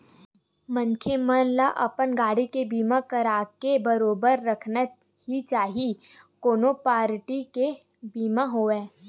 मनखे मन ल अपन गाड़ी के बीमा कराके बरोबर रखना ही चाही कोनो पारटी के बीमा होवय